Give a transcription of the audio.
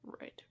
Right